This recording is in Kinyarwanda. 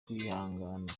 ukwihangana